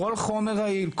כל חומר רעיל,